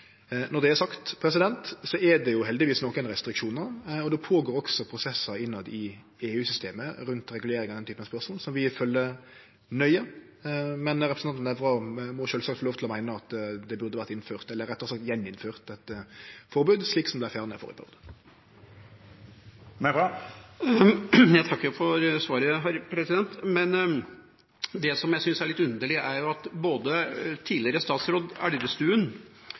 Når det er sagt, er det heldigvis nokre restriksjonar, og det går også føre seg prosessar i EU-systemet rundt regulering av denne typen spørsmål som vi følgjer nøye. Men representanten Nævra må sjølvsagt få lov til å meine at det burde vore innført – eller rettare sagt gjeninnført – eit forbod, slik som dei fjerna i førre periode. Jeg takker for svaret. Men det jeg synes er litt underlig, er at både tidligere statsråd Elvestuen